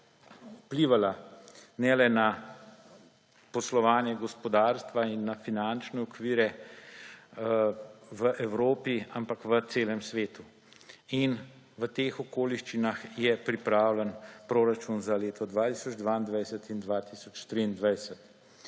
vplivala ne le na poslovanje gospodarstva in na finančne okvire v Evropi, ampak v celem svetu in v teh okoliščinah je pripravljen proračun za leto 2022 in 2023.